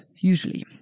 usually